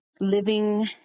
living